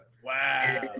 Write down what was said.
wow